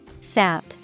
Sap